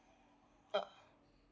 uh